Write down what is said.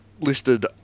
listed